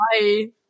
Bye